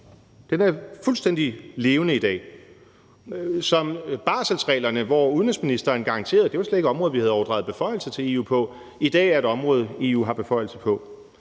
Den er fuldstændig levende i dag. Der er barselsreglerne, hvor udenrigsministeren garanterede, at det slet ikke var et område, vi havde overdraget beføjelser til EU på. Det er i dag et område, EU har beføjelser på.